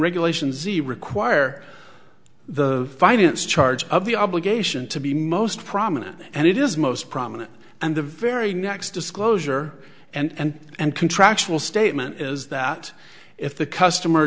regulations e require the finance charge of the obligation to be most prominent and it is most prominent and the very next disclosure and contractual statement is that if the customer